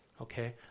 okay